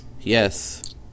Yes